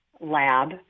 lab